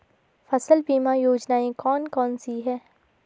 फसल बीमा योजनाएँ कौन कौनसी हैं?